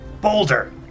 Boulder